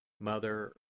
Mother